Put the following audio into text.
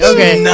Okay